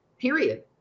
period